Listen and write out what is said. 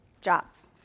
Jobs